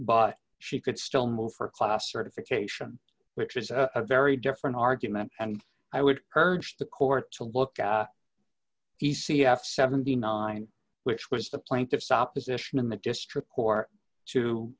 but she could still move for certification which is a very different argument and i would urge the court to look at the c f seventy nine which was the plaintiff's opposition in the district court to